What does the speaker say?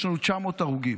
יש לנו 900 הרוגים,